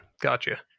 gotcha